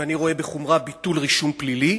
ואני רואה בחומרה ביטול רישום פלילי,